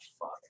fuck